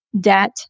debt